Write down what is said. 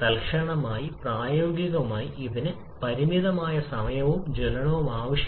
കഴിയുമെങ്കിൽ സാധാരണ അന്തരീക്ഷത്തിൽ വായുവിനുള്ള എയർ സിപിയെക്കുറിച്ച് സംസാരിക്കുകയാണെങ്കിൽ 300 K പോലുള്ള താപനില ഏകദേശം 1